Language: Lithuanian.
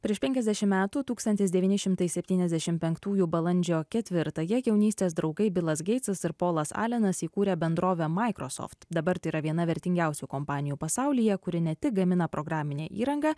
prieš penkiasdešimt metų tūkstantis devyni šimtai septyniasdešimt penktųjų balandžio ketvirtąją jaunystės draugai bilas geitsas ir polas alenas įkūrė bendrovę microsoft dabar tai yra viena vertingiausių kompanijų pasaulyje kuri ne tik gamina programinę įrangą